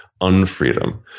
unfreedom